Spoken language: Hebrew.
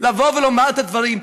לבוא ולומר את הדברים,